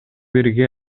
бирге